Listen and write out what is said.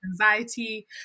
anxiety